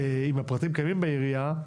אם הפרטים קיימים בעירייה,